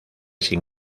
sin